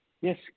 Yes